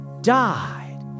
died